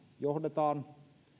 johdetaan